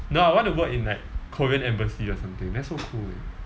no I want to work in like korean embassy or something that's so cool eh